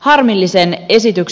harmillisen esityksen